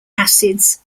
acids